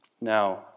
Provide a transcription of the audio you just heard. Now